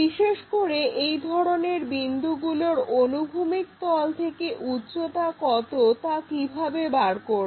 বিশেষ করে এই ধরনের বিন্দুগুলোর অনুভূমিক তল থেকে উচ্চতা কত তা কিভাবে বের করব